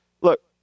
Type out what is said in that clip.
look